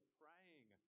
praying